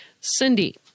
Cindy